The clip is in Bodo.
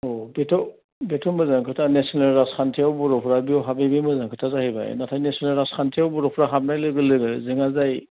औ बेथ' मोजां खोथा नेसनेल राजखान्थियाव बर'फोरा बेयाव हाबहैनाया मोजां खोथा जाहैबाय नाथाय नेसनेल राजखान्थियाव बर'फोरा हाबनाय लोगो लोगो जोंहा जाय